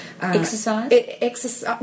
Exercise